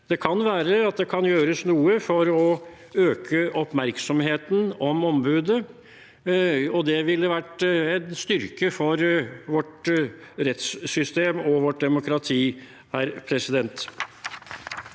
Det kan være at det kan gjøres noe for å øke oppmerksomheten om ombudet, og det ville vært en styrke for vårt rettssystem og vårt demokrati. Bente Irene